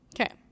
Okay